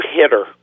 hitter